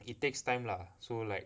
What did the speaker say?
it takes time lah so like